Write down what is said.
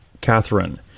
Catherine